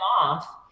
off